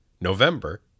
November